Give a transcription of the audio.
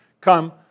come